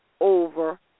over